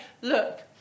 look